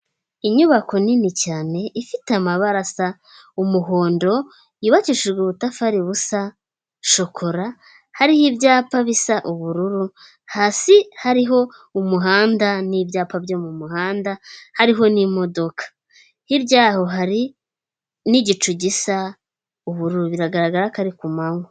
Inyubako nini cyane ifite amabara asa umuhondo yubakishijwe ubutafari busa shokora hariho ibyapa bisa ubururu, hasi hariho umuhanda n'ibyapa byo mu muhanda, hariho n'imodoka, hirya yaho hari n'igicu gisa ubururu biragaragara ko ari ku manywa.